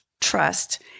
trust